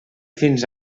fins